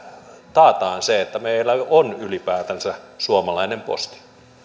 taataan se että meillä on ylipäätänsä suomalainen posti